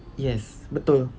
yes betul